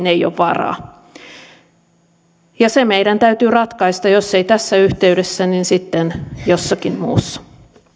ei ole varaa se meidän täytyy ratkaista jos ei tässä yhteydessä niin sitten jossakin muussa